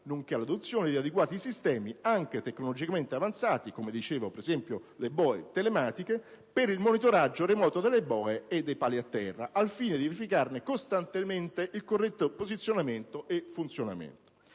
all'adozione di adeguati sistemi, anche tecnologicamente avanzati (ad esempio le boe telematiche) per il monitoraggio remoto delle boe e dei pali a terra, al fine di verificarne costantemente il corretto posizionamento e funzionamento.